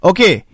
Okay